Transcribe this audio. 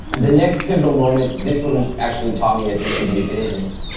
the next pivotal moment this one actually taught me that this could be a business.